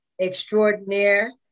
extraordinaire